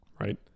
right